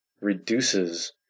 reduces